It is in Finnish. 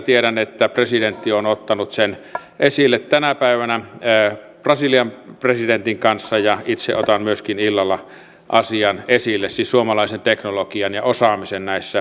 tiedän että presidentti on ottanut sen esille tänä päivänä brasilian presidentin kanssa ja itse otan myöskin illalla asian esille siis suomalaisen teknologian ja osaamisen näissä ympäristöteknologia asioissa